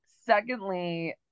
Secondly